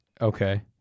Okay